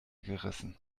gerissen